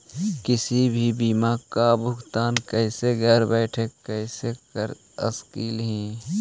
किसी भी बीमा का भुगतान कैसे घर बैठे कैसे कर स्कली ही?